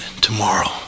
tomorrow